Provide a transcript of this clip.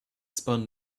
spun